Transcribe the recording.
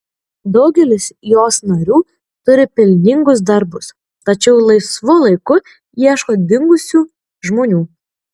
daugelis jos narių turi pelningus darbus tačiau laisvu laiku ieško dingusių žmonių